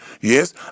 Yes